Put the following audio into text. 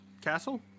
castle